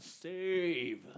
Save